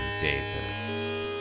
Davis